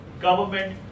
government